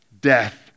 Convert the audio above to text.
death